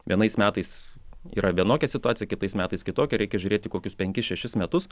vienais metais yra vienokia situacija kitais metais kitokia reikia žiūrėti kokius penkis šešis metus